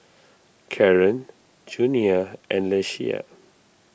Caron Junia and Ieshia